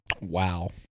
Wow